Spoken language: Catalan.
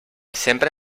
sempre